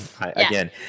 Again